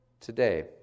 today